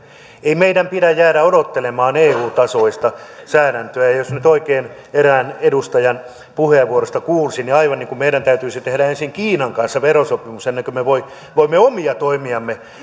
ei meidän pidä jäädä odottelemaan eu tasoista säädäntöä jos nyt oikein erään edustajan puheenvuorosta kuulsi niin oli aivan niin kuin meidän täytyisi tehdä ensin kiinan kanssa verosopimus ennen kuin me voimme voimme omia toimiamme